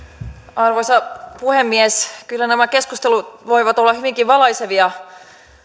arvoisa puhemies kyllä nämä keskustelut voivat olla hyvinkin valaisevia